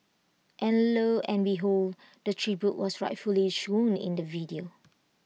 and lo and behold the tribute was rightfully shown in the video